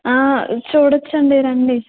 చూడచ్చండి రండి